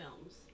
films